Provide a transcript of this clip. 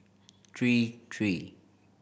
three three